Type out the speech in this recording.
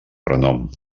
renom